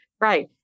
Right